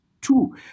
two